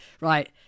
right